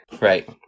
Right